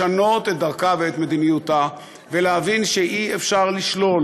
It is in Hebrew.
לשנות את דרכה ואת מדיניותה ולהבין שאי-אפשר לשלול